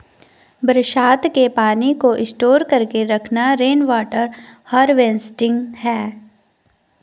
बरसात के पानी को स्टोर करके रखना रेनवॉटर हारवेस्टिंग है